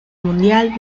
mundial